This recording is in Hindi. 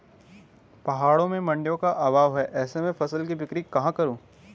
पहाड़ों में मडिंयों का अभाव है ऐसे में फसल की बिक्री कहाँ करूँ?